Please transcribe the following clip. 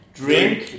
drink